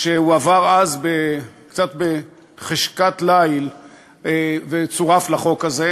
שהועבר אז קצת בחשכת ליל וצורף לחוק הזה.